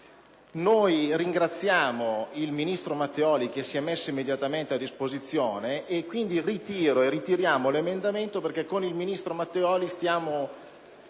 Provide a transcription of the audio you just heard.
Ringraziamo il ministro Matteoli che si è messo immediatamente a disposizione. Quindi ritiriamo l'emendamento perché con il ministro Matteoli stiamo